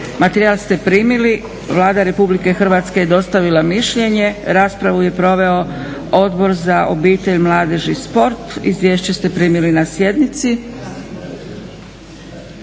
Materijal ste primili. Vlada Republike Hrvatske je dostavila mišljenje. Raspravu je proveo Odbor za obitelj, mladež i sport. Izvješće ste primili na sjednici.